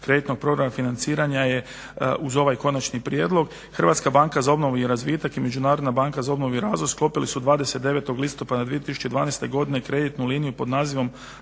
kreditnog programa financiranja je uz ovaj konačni prijedlog Hrvatska banka za obnovu i razvitak i Međunarodna banka za obnovu i razvoj sklopili su 29. listopada 2012. kreditnu liniju pod nazivom